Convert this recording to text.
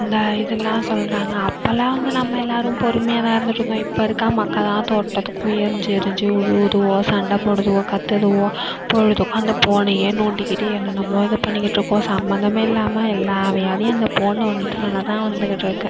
அந்த இதெலாம் சொல்லுறாங்க அப்போலாம் வந்து நம்ம எல்லாரும் பொறுமையாகதான் இருந்துகிட்டு இருந்தோம் இப்போ இருக்க மக்கள் தான் தொட்டதுக்கும் எறிஞ்சு எறிஞ்சு விழுவுதுவோ சண்டை போடுதுவோ கத்துதுவோ பொழுதுக்கும் அந்த போனையே நோண்டிகிட்டு என்னன்னமோ இது பண்ணிகிட்டிருக்குவோ சம்மந்தமே இல்லாமல் எல்லா வியாதியும் இந்த போன் ஒன்னுத்துனால் தான் வந்துகிட்டிருக்கு